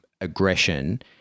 aggression